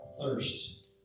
thirst